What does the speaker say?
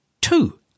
Two